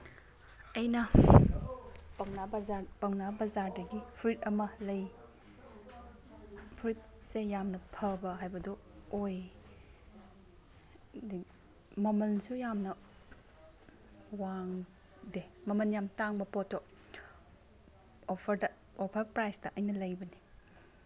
ꯑꯩꯅ ꯄꯧꯅꯥ ꯕꯖꯥꯔ ꯐꯨꯔꯤꯠ ꯑꯃ ꯂꯩ ꯐꯨꯔꯤꯠꯁꯦ ꯌꯥꯝꯅ ꯐꯕ ꯍꯥꯏꯕꯗꯨ ꯑꯣꯏ ꯃꯃꯜꯁꯨ ꯌꯥꯝꯅ ꯋꯥꯡꯗꯦ ꯃꯃꯟ ꯌꯥꯝ ꯇꯥꯡꯕ ꯄꯣꯠꯇꯣ ꯑꯣꯐꯔꯗ ꯑꯣꯐꯔ ꯄ꯭ꯔꯥꯏꯁꯇ ꯑꯩꯅ ꯂꯩ